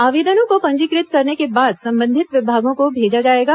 आवेदनों को पंजीकृत करने के बाद संबंधित विभागों को भेजा जाएगा